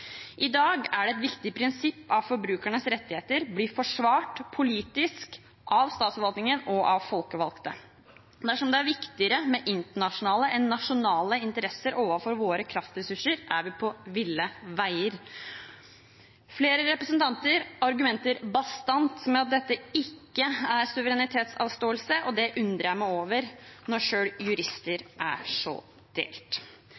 I dag er det et viktig prinsipp at forbrukernes rettigheter blir forsvart politisk av statsforvaltningen og av folkevalgte. Dersom det er viktigere med internasjonale interesser enn med nasjonale interesser når det gjelder våre kraftressurser, er vi på ville veier. Flere representanter argumenterer bastant med at dette ikke er suverenitetsavståelse. Det undrer jeg meg over når selv jurister er så delt